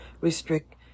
restrict